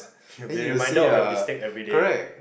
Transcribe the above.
should be reminded of your mistake everyday ah